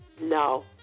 No